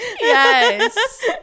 Yes